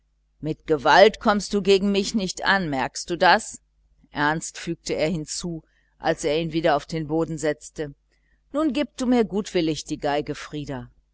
mit gewalt kommst du gegen mich nicht auf merkst du das und ernst fügte er hinzu als er ihn wieder auf den boden setzte nun gib du mir gutwillig deine violine frieder